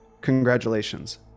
congratulations